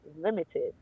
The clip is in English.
limited